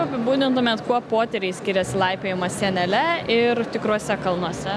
apibūdintumėt kuo potyriai skiriasi laipiojimas sienele ir tikruose kalnuose